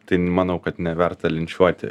tai manau kad neverta linčiuoti